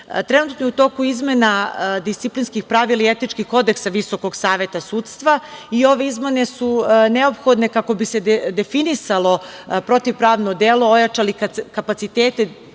Trenutno je u toku izmena disciplinskih pravila i etičkih kodeksa Visokog saveta sudstva i ove izmene su neophodne kako bi se definisalo protivpravno delo, ojačali kapaciteti